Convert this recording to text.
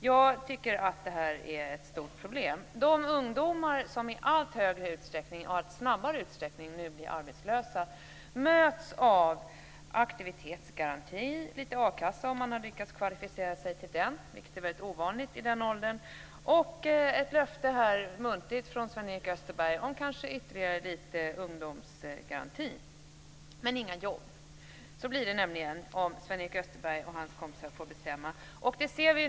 Jag tycker att detta är ett stort problem. De ungdomar som i allt större utsträckning och allt snabbare nu blir arbetslösa möts av aktivitetsgaranti, lite a-kassa om man har lyckats kvalificera sig till den - vilket är väldigt ovanligt i den åldern - och ett muntligt löfte från Sven-Erik Österberg om kanske ytterligare lite ungdomsgaranti. Men inga jobb! Så blir det om Sven-Erik Österberg och hans kompisar får bestämma.